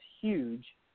huge